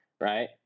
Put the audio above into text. right